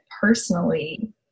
personally